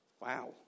Wow